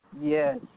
Yes